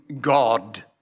God